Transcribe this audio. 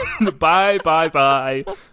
Bye-bye-bye